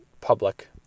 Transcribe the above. public